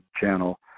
channel